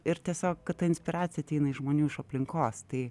ir tiesiog kad ta inspiracija ateina iš žmonių iš aplinkos tai